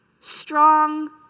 strong